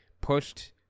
pushed